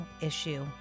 issue